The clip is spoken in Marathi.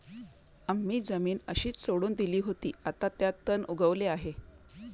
आम्ही जमीन अशीच सोडून दिली होती, आता त्यात तण उगवले आहे